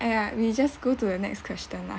!aiya! we just go to the next question lah